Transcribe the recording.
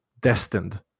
destined